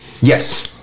Yes